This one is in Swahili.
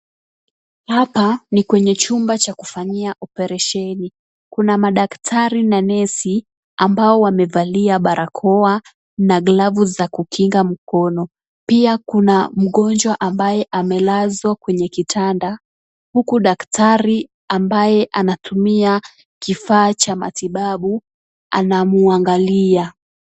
Hapa ni kwenye chumba cha kufanyiwa operesheni ,Kuna madaktari na nesi ambao wamevalia barakoa na glavu za kukinga mkono pia mgonjwa ambaye amelazwa kwenye kitanda huku daktari ambaye anatumia kifaa cha matibabu anamwangalia .